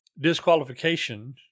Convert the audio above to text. disqualification